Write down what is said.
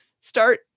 start